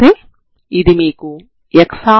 ఇప్పుడు రెండవ ప్రారంభ సమాచారం u2tx00 అవుతుంది సరేనా